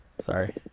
Sorry